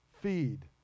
feed